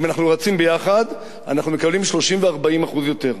אם אנחנו רצים יחד אנחנו מקבלים 30% ו-40% יותר.